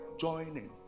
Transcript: joining